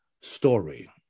story